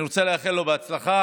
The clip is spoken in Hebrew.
אני רוצה לאחל לו הצלחה,